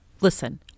Listen